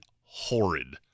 horrid